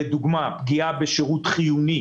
לדוגמה פגיעה בשירות חיוני